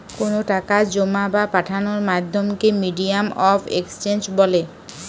কোনো টাকা জোমা বা পাঠানোর মাধ্যমকে মিডিয়াম অফ এক্সচেঞ্জ বলে